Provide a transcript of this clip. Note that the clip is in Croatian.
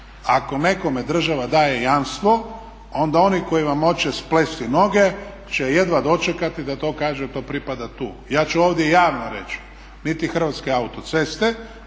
ako nekome država daje jamstvo onda oni koji vam hoće splesti noge će jedva dočekati da to kaže da to pripada tu. Ja ću ovdje javno reći niti Hrvatske autoceste,